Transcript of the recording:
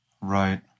Right